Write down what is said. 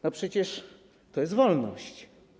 No przecież to jest wolność.